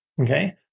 Okay